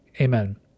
Amen